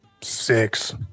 six